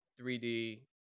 3D